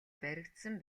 баригдсан